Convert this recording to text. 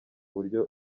buryo